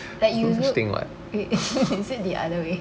like you look is it the other way